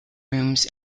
rooms